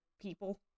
people